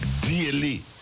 daily